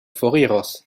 foriros